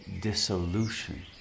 dissolution